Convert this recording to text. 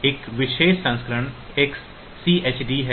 एक विशेष संस्करण XCHD है